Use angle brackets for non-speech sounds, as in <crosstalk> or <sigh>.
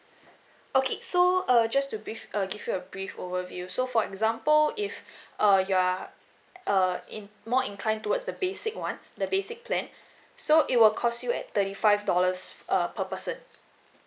okay so uh just to brief uh give you a brief overview so for example if <breath> uh if you are uh in more inclined towards the basic one the basic plan so it will cost you at thirty five dollars uh per person